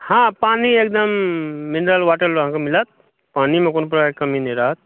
हँ पानी एकदम मिनरल वाटर अहाँकेँ मिलत पानीमे कोनो प्रकारके कमी नहि रहत